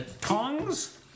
Tongs